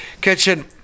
kitchen